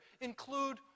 include